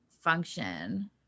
function